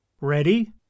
Ready